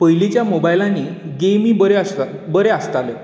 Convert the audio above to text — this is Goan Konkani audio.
पयलींच्या मोबायलांनीं गॅमी बऱ्यो आसताल्यो